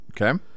Okay